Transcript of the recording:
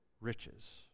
riches